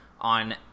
on